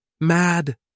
Mad